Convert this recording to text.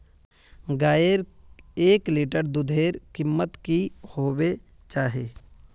गायेर एक लीटर दूधेर कीमत की होबे चही?